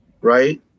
right